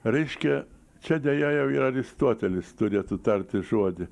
reiškia čia deja jau ir aristotelis turėtų tarti žodį